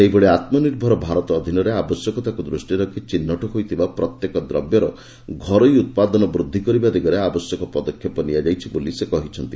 ସେହିଭଳି ଆତ୍ମନିର୍ଭର ଭାରତ ଅଧୀନରେ ଆବଶ୍ୟକତାକୁ ଦୃଷ୍ଟିରେ ରଖି ଚିହ୍ନଟ ହୋଇଥିବା ପ୍ରତ୍ୟେକ ଦ୍ରବ୍ୟର ଘରୋଇ ଉତ୍ପାଦନ ବୃଦ୍ଧି କରିବା ଦିଗରେ ଆବଶ୍ୟକ ପଦକ୍ଷେପ ନିଆଯାଇଛି ବୋଲି ସେ କହିଛନ୍ତି